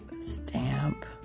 stamp